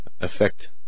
affect